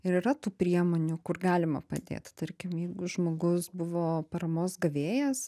ir yra tų priemonių kur galima padėt tarkim jeigu žmogus buvo paramos gavėjas